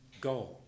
go